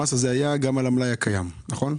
המס היה גם על המלאי הקיים, נכון?